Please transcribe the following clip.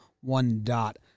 one-dot